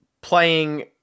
playing